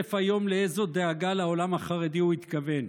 חושף היום לאיזו דאגה לעולם החרדי הוא התכוון.